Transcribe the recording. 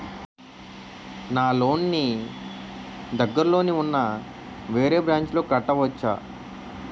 నా లోన్ నీ దగ్గర్లోని ఉన్న వేరే బ్రాంచ్ లో కట్టవచా?